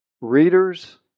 readers